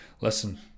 listen